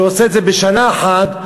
שעושה את זה בשנה אחת,